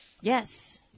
Yes